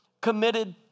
committed